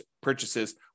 purchases